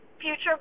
future